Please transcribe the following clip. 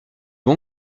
bon